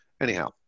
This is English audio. Anyhow